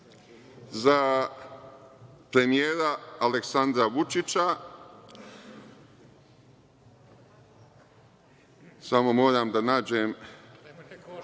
za premijera Aleksandra Vučića, samo moram da nađem.